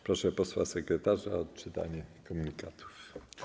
Proszę posła sekretarza o odczytanie komunikatów.